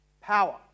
power